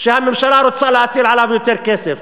שהממשלה רוצה להטיל עליו יותר כסף,